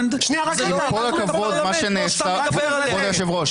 כי עד היום לא הייתה חובה לשום דבר הרכב של כל ה-15.